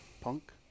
punk